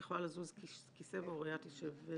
את יכולה לזוז כיסא, ואוריה תשב.